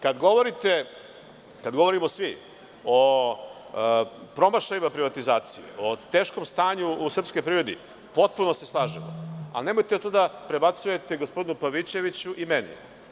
Kada govorite, kad govorimo svi o promašajima privatizacije, o teškom stanju u srpskoj privredi potpuno se slažem, ali nemojte do da prebacujete gospodinu Pavićeviću i meni.